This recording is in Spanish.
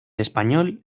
español